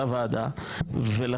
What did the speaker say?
החוקה,